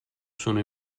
sono